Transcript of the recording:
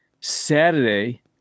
Saturday